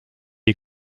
est